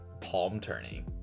palm-turning